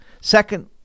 Second